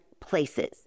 places